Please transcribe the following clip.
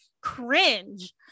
cringe